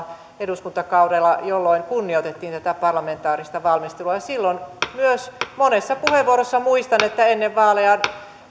oli aiemmalla eduskuntakaudella jolloin kunnioitettiin tätä parlamentaarista valmistelua silloin myös monessa puheenvuorossa muistan ennen vaaleja